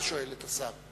אתה שואל את השר.